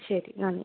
ശരി നന്ദി